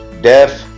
deaf